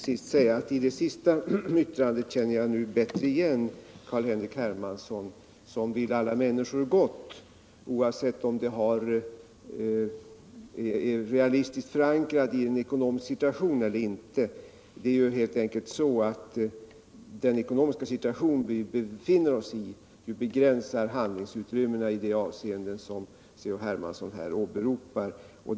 Herr talman! I det sista yttrandet känner jag bättre igen Carl-Henrik Hermansson, som vill alla människor gott oavsett om det är realistiskt förankrat i en ekonomisk situation. Men den ekonomiska situation vi befinner oss i begränsar ju handlingsutrymmet i de avseenden C-H. Hermansson här åberopar.